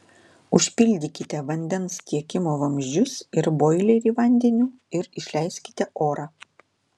užpildykite vandens tiekimo vamzdžius ir boilerį vandeniu ir išleiskite orą